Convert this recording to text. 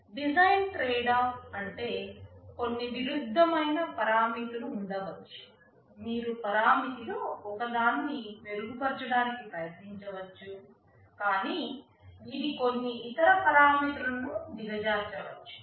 design trade off అంటే కొన్ని విరుద్ధమైన పారామితులు ఉండవచ్చు మీరు పరామితిలో ఒకదాన్ని మెరుగుపరచడానికి ప్రయత్నించవచ్చు కానీ ఇది కొన్ని ఇతర పరామితులను దిగజార్చవచ్చు